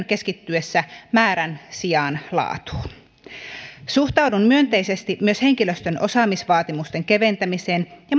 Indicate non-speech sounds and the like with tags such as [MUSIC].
[UNINTELLIGIBLE] keskittyessä määrän sijaan laatuun suhtaudun myönteisesti myös henkilöstön osaamisvaatimusten keventämiseen ja [UNINTELLIGIBLE]